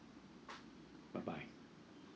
bye bye